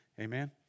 Amen